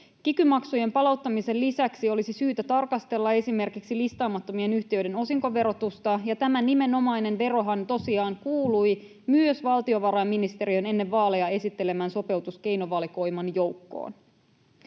Kiky-maksujen palauttamisen lisäksi olisi syytä tarkastella esimerkiksi listaamattomien yhtiöiden osinkoverotusta, ja tämä nimenomainen verohan tosiaan kuului myös valtiovarainministeriön ennen vaaleja esittelemän sopeutuskeinovalikoiman joukkoon.